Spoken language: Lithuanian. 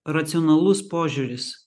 racionalus požiūris